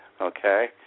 Okay